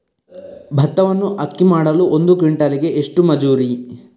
ಭತ್ತವನ್ನು ಅಕ್ಕಿ ಮಾಡಲು ಒಂದು ಕ್ವಿಂಟಾಲಿಗೆ ಎಷ್ಟು ಮಜೂರಿ?